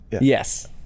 Yes